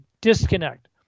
disconnect